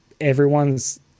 everyone's